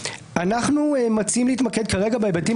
אנחנו מציעים להתמקד כרגע בהיבטים